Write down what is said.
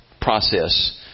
process